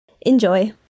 Enjoy